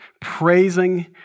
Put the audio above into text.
praising